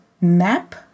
map